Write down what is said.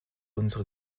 unsere